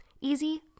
Easy